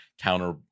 counter